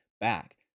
back